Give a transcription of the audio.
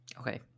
Okay